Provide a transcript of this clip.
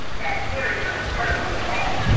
that carrion crow of the law,